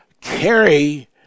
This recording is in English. carry